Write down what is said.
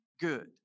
good